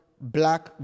black